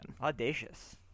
Audacious